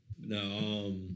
No